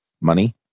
money